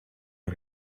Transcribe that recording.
her